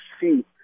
see